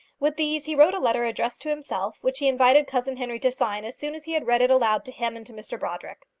with these he wrote a letter addressed to himself, which he invited cousin henry to sign as soon as he had read it aloud to him and to mr brodrick.